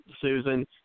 Susan